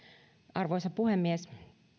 arvoisa puhemies